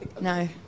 No